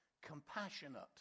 Compassionate